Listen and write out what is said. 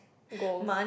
goals